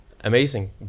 amazing